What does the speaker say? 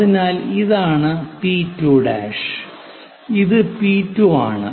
അതിനാൽ ഇതാണ് P 2' P2' ഇത് പി 2 ആണ്